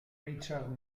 richard